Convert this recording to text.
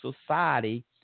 society